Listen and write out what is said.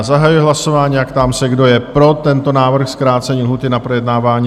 Zahajuji hlasování a ptám se, kdo je pro tento návrh na zkrácení lhůty na projednávání?